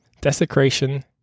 desecration